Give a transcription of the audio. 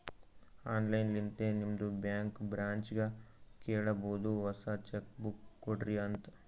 online ಲಿಂತೆ ನಿಮ್ದು bank ಬ್ರ್ಯಾಂಚ್ಗ ಕೇಳಬೋದು ಹೊಸಾ ಚೆಕ್ ಬುಕ್ ಕೊಡ್ರಿ ಅಂತ್